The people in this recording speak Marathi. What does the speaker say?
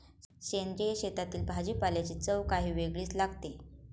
सेंद्रिय शेतातील भाजीपाल्याची चव काही वेगळीच लागते